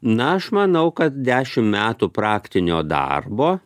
na aš manau kad dešimt metų praktinio darbo